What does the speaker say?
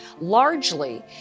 largely